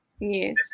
Yes